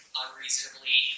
unreasonably